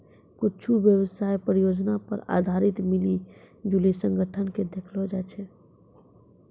कुच्छु व्यवसाय परियोजना पर आधारित मिली जुली संगठन के देखैलो जाय छै